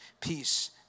peace